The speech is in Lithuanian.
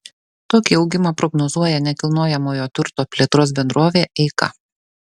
tokį augimą prognozuoja nekilnojamojo turto plėtros bendrovė eika